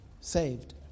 saved